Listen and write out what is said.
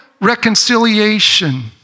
reconciliation